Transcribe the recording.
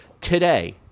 today